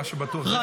מה שבטוח, זה הפוך.